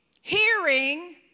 hearing